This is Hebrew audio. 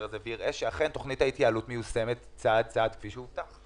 הזה ויראה שאכן תכנית ההתייעלות מיושמת צעד צעד כפי שהובטח.